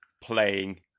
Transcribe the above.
playing